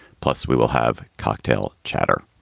plus, we will have cocktail chatter.